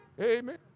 Amen